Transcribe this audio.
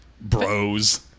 bros